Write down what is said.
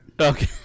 Okay